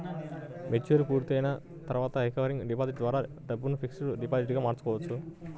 maturity పూర్తయిన తర్వాత recurring deposit ద్వారా దాచిన డబ్బును ఫిక్స్డ్ డిపాజిట్ గా మార్చుకోవచ్చు